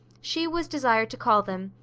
she was desired to call them,